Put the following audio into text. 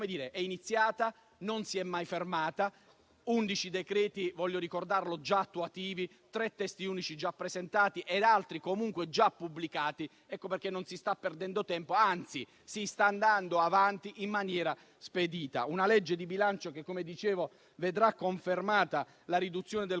che è iniziata e non si è mai fermata. Voglio ricordare che 11 decreti attuativi sono già stati emanati, tre testi unici già presentati ed altri comunque già pubblicati. Ecco perché non si sta perdendo tempo, anzi, si sta andando avanti in maniera spedita. La legge di bilancio, come dicevo, vedrà confermata la riduzione del